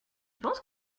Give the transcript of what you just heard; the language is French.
penses